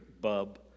bub